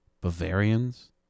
Bavarians